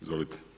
Izvolite.